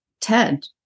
Ted